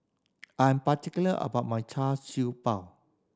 I'm particular about my Char Siew Bao